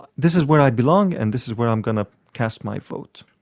this is where i belong and this is where i'm going to cast my vote.